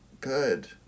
good